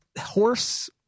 horse